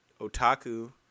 otaku